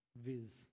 Viz